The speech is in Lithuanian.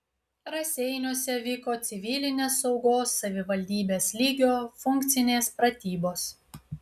raseiniuose vyko civilinės saugos savivaldybės lygio funkcinės pratybos